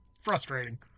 frustrating